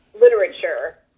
literature